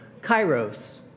kairos